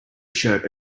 shirt